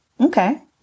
Okay